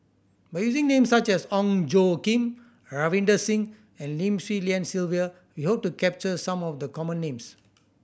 by using names such as Ong Tjoe Kim Ravinder Singh and Lim Swee Lian Sylvia we hope to capture some of the common names